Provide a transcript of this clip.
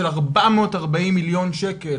של 440 מיליון שקל.